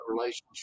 relationship